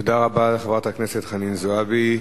תודה רבה לחברת הכנסת חנין זועבי.